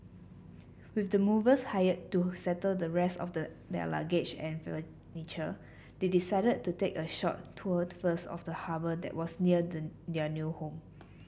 with the movers hired to settle the rest of the their luggage and furniture they decided to take a short tour first of the harbour that was near their new home